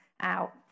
out